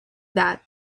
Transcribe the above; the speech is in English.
that